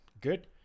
good